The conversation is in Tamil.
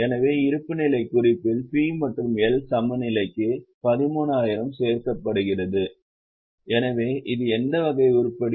எனவே இருப்புநிலைக் குறிப்பில் P மற்றும் L சமநிலைக்கு 13000 சேர்க்கப்படுகிறது எனவே இது எந்த வகை உருப்படி